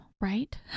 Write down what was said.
right